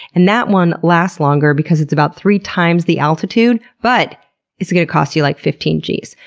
and that one lasts longer because it's about three times the altitude, but it's going to cost you like fifteen gs.